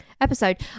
episode